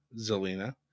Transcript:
Zelina